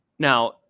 Now